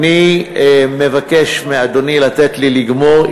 אני מבקש מאדוני לתת לי לגמור.